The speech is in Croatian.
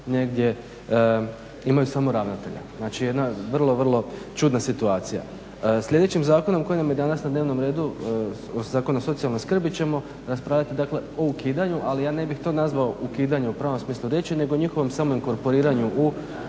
negdje imaju samo ravnatelja. Znači jedna vrlo, vrlo čudna situacija. Sljedećim zakonom koji nam je danas na dnevnom redu Zakon o socijalnoj skrbi ćemo raspravljati o ukidanju, ali ja to ne bih nazvao ukidanju u pravom smislu riječi nego njihovom samo inkorporiranju u